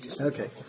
Okay